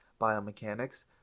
biomechanics